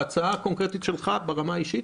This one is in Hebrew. ברמה האישית,